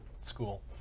school